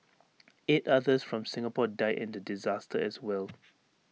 eight others from Singapore died in the disaster as well